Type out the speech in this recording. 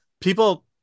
people